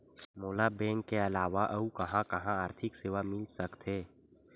मोला बैंक के अलावा आऊ कहां कहा आर्थिक सेवा मिल सकथे?